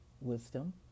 wisdom